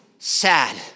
sad